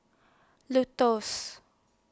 Lotto's